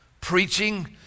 preaching